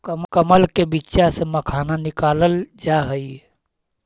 कमल के बीच्चा से मखाना निकालल जा हई